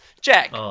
Jack